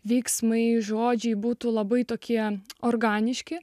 veiksmai žodžiai būtų labai tokie organiški